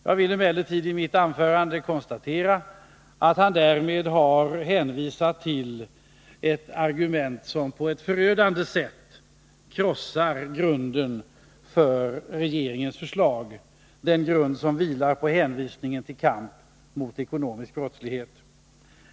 Jag vill emellertid i mitt anförande konstatera att han därmed har hänvisat till ett argument som på ett förödande sätt krossar grunden för regeringens förslag, som vilar på hänvisningen till kampen mot den ekonomiska brottsligheten.